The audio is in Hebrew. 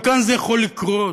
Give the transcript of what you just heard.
אבל כאן זה יכול לקרות,